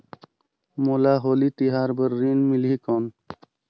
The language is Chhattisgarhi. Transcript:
मोला होली तिहार बार ऋण मिलही कौन?